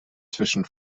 zwischen